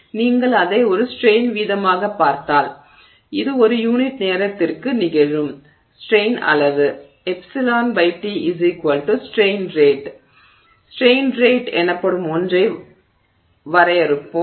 எனவே நீங்கள் அதை ஒரு ஸ்ட்ரெய்ன் வீதமாகப் பார்த்தால் இது ஒரு யூனிட் நேரத்திற்கு நிகழும் ஸ்ட்ரெய்ன் அளவு t strain rate strain rate எனப்படும் ஒன்றை வரையறுப்போம்